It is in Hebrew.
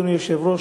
אדוני היושב-ראש,